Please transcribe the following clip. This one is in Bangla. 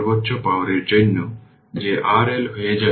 উদাহরণ 7 সার্কিটের সুইচটি I দীর্ঘ সময়ের জন্য এবং t 0 এ ক্লোজ থাকবে